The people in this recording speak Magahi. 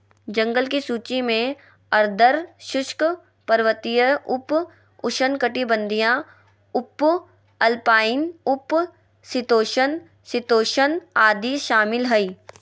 जंगल की सूची में आर्द्र शुष्क, पर्वतीय, उप उष्णकटिबंधीय, उपअल्पाइन, उप शीतोष्ण, शीतोष्ण आदि शामिल हइ